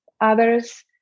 others